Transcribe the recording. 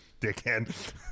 dickhead